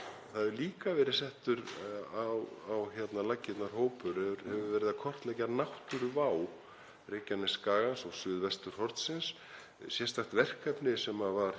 Líka hefur verið settur á laggirnar hópur sem hefur verið að kortleggja náttúruvá Reykjanesskagans og suðvesturhornsins. Sérstakt verkefni sem var